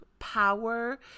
power